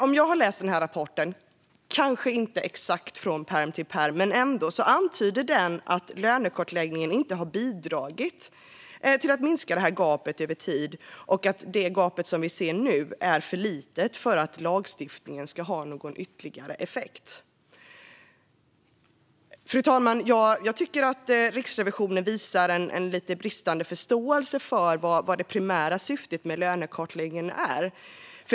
Om jag har läst denna rapport rätt - om än inte exakt från pärm till pärm - antyder den att lönekartläggning inte har bidragit till att minska gapet över tid och att det gap som vi ser nu är för litet för att lagstiftningen ska ha någon ytterligare effekt. Fru talman! Jag tycker att Riksrevisionen visar en lite bristande förståelse för vad det primära syftet med lönekartläggning är.